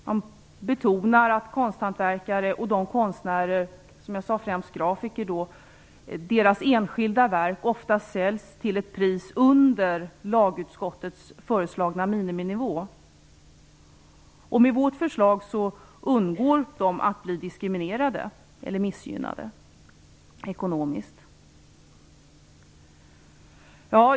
Man betonar att konsthantverkares och, som jag sade, främst grafikers enskilda verk ofta säljs till ett pris under lagutskottets föreslagna miniminivå. Med vårt förslag undgår de att bli diskriminerade eller missgynnade ekonomiskt.